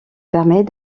permet